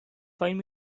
find